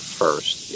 first